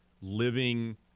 living